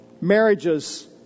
Marriages